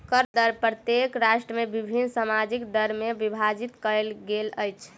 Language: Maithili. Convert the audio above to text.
कर दर प्रत्येक राष्ट्र में विभिन्न सामाजिक दर में विभाजित कयल गेल अछि